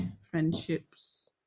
friendships